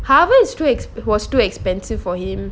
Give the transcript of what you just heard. harvard is too expe~ was too expensive for him